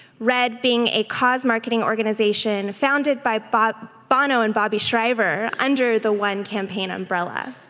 red being a cos marketing organization founded by but bono and bobby shriver under the one campaign umbrella.